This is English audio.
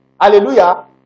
Hallelujah